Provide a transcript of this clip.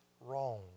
wrong